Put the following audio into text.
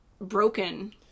broken